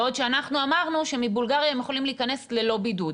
בעוד שאנחנו אמרנו שמבולגריה הם יכולים להיכנס ללא בידוד.